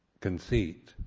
conceit